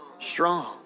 strong